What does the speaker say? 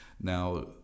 Now